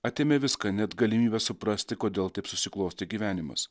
atėmė viską net galimybę suprasti kodėl taip susiklostė gyvenimas